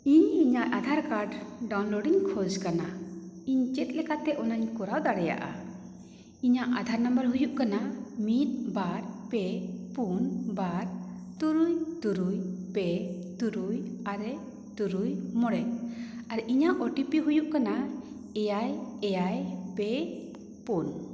ᱤᱧ ᱤᱧᱟᱹᱜ ᱟᱫᱷᱟᱨ ᱠᱟᱨᱰ ᱰᱟᱣᱩᱱᱞᱳᱰᱤᱧ ᱠᱷᱚᱡᱽ ᱠᱟᱱᱟ ᱤᱧ ᱪᱮᱫ ᱞᱮᱠᱟᱛᱮ ᱚᱱᱟᱧ ᱚᱨᱟᱣ ᱫᱟᱲᱮᱭᱟᱜᱼᱟ ᱤᱧᱟᱹᱜ ᱟᱫᱷᱟᱨ ᱱᱚᱢᱵᱚᱨ ᱦᱩᱭᱩᱜ ᱠᱟᱱᱟ ᱢᱤᱫ ᱵᱟᱨ ᱯᱮ ᱯᱩᱱ ᱵᱟᱨ ᱛᱩᱨᱩᱭ ᱛᱩᱨᱩᱭ ᱯᱮ ᱛᱩᱨᱩᱭ ᱟᱨᱮ ᱛᱩᱨᱩᱭ ᱟᱨᱮ ᱟᱨ ᱤᱧᱟᱹᱜ ᱳ ᱴᱤ ᱯᱤ ᱦᱩᱭᱩᱜ ᱠᱟᱱᱟ ᱮᱭᱟᱭ ᱮᱭᱟᱭ ᱯᱮ ᱯᱩᱱ